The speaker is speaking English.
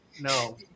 no